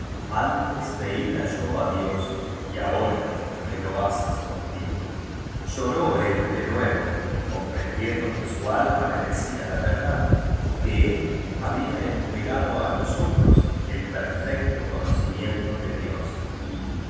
antes veía yo á dios y ahora me lo has escondido lloró él de nuevo comprendiendo que su alma le decía la verdad que él había entregado á los otros el perfecto cono cimiento de dios y